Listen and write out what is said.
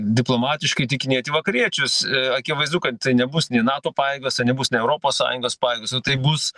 diplomatiškai įtikinėti vakariečius akivaizdu kad tai nebus nei nato pajėgos tai nebus nei europos sąjungos pajėgos o tai bus